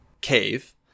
cave